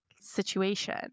situation